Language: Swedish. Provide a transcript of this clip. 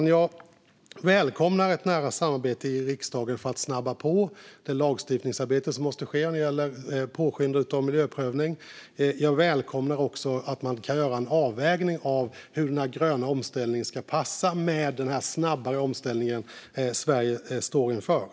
Jag välkomnar ett nära samarbete i riksdagen för att snabba på det lagstiftningsarbete som måste ske när det gäller påskyndandet av miljöprövningar. Jag välkomnar också att man kan göra en avvägning av hur den gröna omställningen ska passa med den snabbare omställning som Sverige står inför.